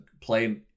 play